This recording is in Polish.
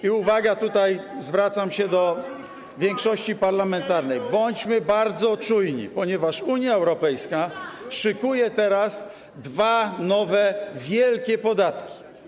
I uwaga, zwracam się tutaj do większości parlamentarnej: bądźmy bardzo czujni, ponieważ Unia Europejska szykuje teraz dwa nowe, wielkie podatki.